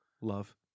Love